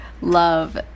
love